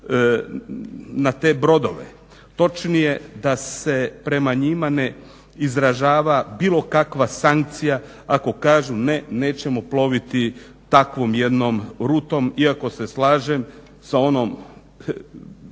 na te brodove, točnije da se prema njima ne izražava bilo kakva sankcija ako kažu ne, nećemo ploviti takvom jednom rutom. Iako se slažem sa onom